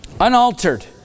unaltered